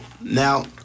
Now